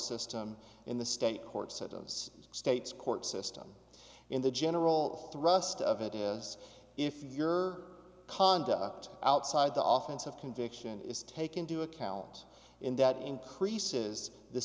system in the state courts seto's states court system in the general thrust of it as if your conduct outside the office of conviction is take into account in that increases the